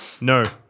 No